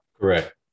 Correct